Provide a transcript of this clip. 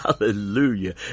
Hallelujah